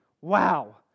wow